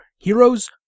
Heroes